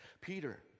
Peter